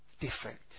different